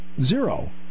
Zero